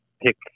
pick